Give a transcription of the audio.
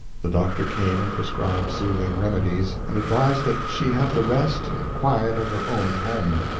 the doctor came and prescribed soothing remedies, and advised that she have the rest and quiet of her own home.